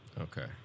Okay